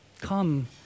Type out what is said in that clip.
Come